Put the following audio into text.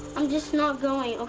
i'm just not going, okay?